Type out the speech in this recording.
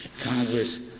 Congress